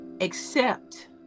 accept